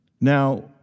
Now